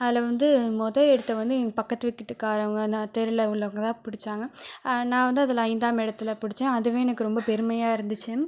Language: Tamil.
அதில் வந்து மொதல் இடத்தை வந்து எங்கள் பக்கத்து வீட்டுக்காரவங்க நான் தெருவில் உள்ளவங்க பிடிச்சாங்க நான் வந்து அதில் ஐந்தாம் இடத்தில் பிடித்தேன் அதுவே எனக்கு ரொம்ப பெருமையாக இருந்துச்சு